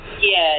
yes